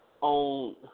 on